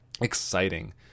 exciting